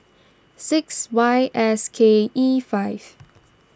six Y S K E five